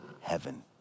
Heaven